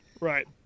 Right